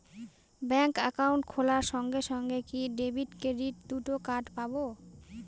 Bank account খোলার সঙ্গে সঙ্গে কি ডেবিট ক্রেডিট দুটো কার্ড পাবো?